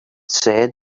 said